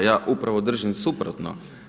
Ja upravo držim suprotno.